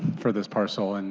for this parcel, and